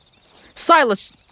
Silas